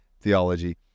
theology